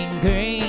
green